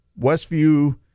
Westview